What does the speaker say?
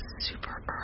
super